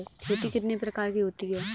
खेती कितने प्रकार की होती है?